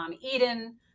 Eden